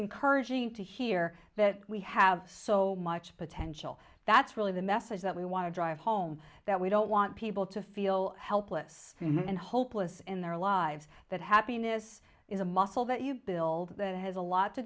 encouraging to hear that we have so much potential that's really the message that we want to drive home that we don't want people to feel helpless and hopeless in their lives that happiness is a muscle that you bill that has a lot to